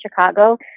Chicago